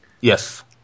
Yes